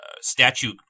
statue